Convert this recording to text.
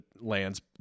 lands